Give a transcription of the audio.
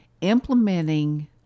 implementing